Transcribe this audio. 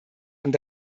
und